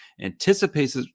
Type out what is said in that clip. anticipates